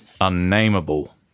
unnameable